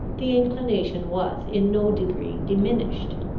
the inclination was in no degree diminished.